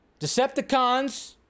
Decepticons